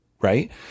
right